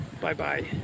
Bye-bye